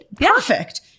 perfect